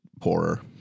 poorer